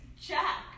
Jack